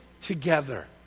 together